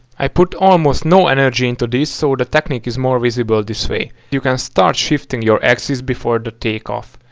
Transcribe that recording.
i put almost no energy into these, so the techniqe is more visible this way. you can start shifting your axis before the take off.